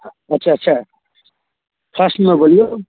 अच्छा अच्छा मे बोलियै